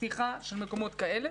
לפתיחה של מסגרות כאלה.